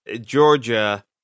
Georgia